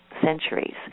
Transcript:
Centuries